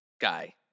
guy